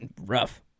Rough